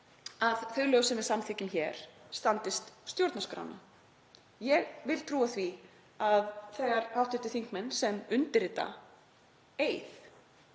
að þau lög sem við samþykkjum hér standist stjórnarskrána. Ég vil trúa því að hv. þingmenn sem undirrita eið,